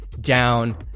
down